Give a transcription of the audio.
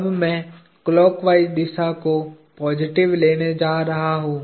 अब मैं क्लॉकवाइज़ दिशा को पॉजिटिव लेने जा रहा हूं